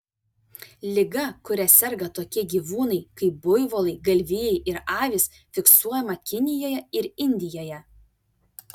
liga kuria serga tokie gyvūnai kaip buivolai galvijai ir avys fiksuojama kinijoje ir indijoje